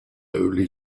holy